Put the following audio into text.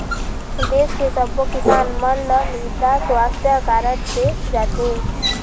देस के सब्बो किसान मन ल मृदा सुवास्थ कारड दे जाथे